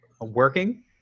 working